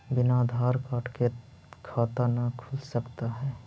बिना आधार कार्ड के खाता न खुल सकता है?